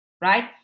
right